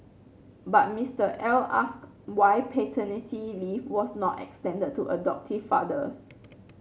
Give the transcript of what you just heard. but Mister L asked why paternity leave was not extended to adoptive fathers